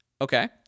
Okay